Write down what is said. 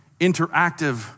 interactive